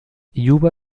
juba